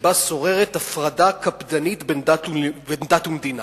שבה שוררת הפרדה קפדנית בין דת ומדינה.